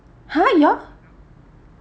!huh! ya